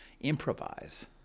improvise